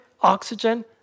oxygen